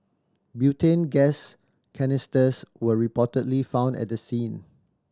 butane gas canisters were reportedly found at the scene